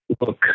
look